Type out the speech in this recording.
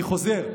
אני חוזר.